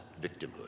victimhood